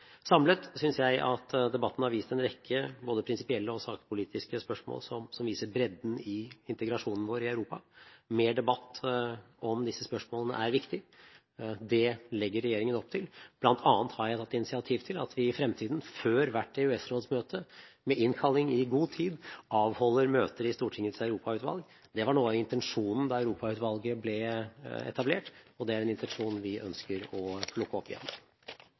Samlet synes jeg at debatten har vist en rekke både prinsipielle og sakpolitiske spørsmål som viser bredden i integrasjonen vår i Europa. Mer debatt om disse spørsmålene er viktig. Det legger regjeringen opp til. Blant annet har jeg tatt initiativ til at vi i fremtiden før hvert EØS-rådsmøte, med innkalling i god tid, avholder møter i Stortingets europautvalg. Det var noe av intensjonen da Europautvalget ble etablert, og det er en intensjon vi ønsker å plukke opp igjen.